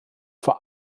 vor